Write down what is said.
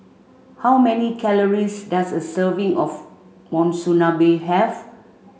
how many calories does a serving of Monsunabe have